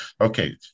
Okay